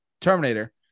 Terminator